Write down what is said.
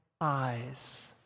eyes